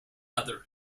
other